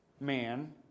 man